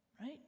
right